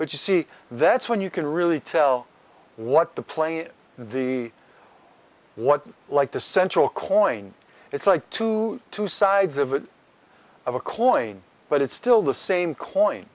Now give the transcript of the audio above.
but you see that's when you can really tell what the play is the what like the central coin it's like two two sides of it of a coin but it's still the same coin